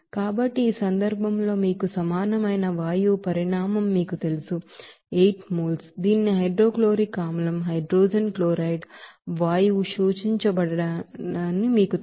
కాబట్టి ఈ సందర్భంలో మీకు సమానమైన వాల్యూం అఫ్ గ్యాస్ మీకు తెలుసు 8 mole దీనిలో హైడ్రోక్లోరిక్ ఆసిడ్ హైడ్రోజన్ క్లోరైడ్ వాయువు అబ్సర్డ్ అవ్వబడుతుందని మీకు తెలుసు